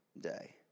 day